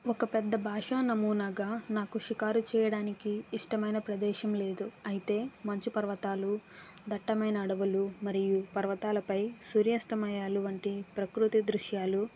ఒక పెద్ద భాషా నమూనాగా నాకు షికారు చేయడానికి ఇష్టమైన ప్రదేశం లేదు అయితే మంచు పర్వతాలు దట్టమైన అడవులు మరియు పర్వతాలపై సుర్యాస్తమయాలు వంటి ప్రకృతి దృశ్యాలు